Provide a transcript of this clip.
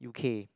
U_K